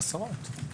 עשרות.